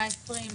מה 20,